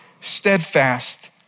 steadfast